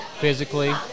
physically